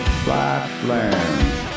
flatlands